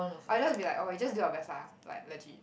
I just be like oh you just do your best ah like legit